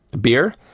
beer